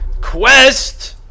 quest